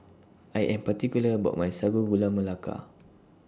I Am particular about My Sago Gula Melaka